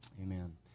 Amen